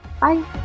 bye